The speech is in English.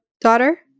daughter